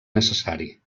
necessari